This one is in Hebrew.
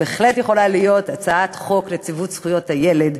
בהחלט יכולה להיות הצעת חוק נציבות זכויות הילד.